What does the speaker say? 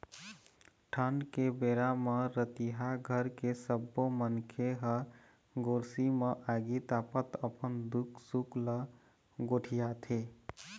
ठंड के बेरा म रतिहा घर के सब्बो मनखे ह गोरसी म आगी तापत अपन दुख सुख ल गोठियाथे